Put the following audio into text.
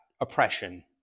oppression